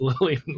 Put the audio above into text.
Lily